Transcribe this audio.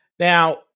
Now